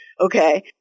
Okay